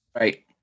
Right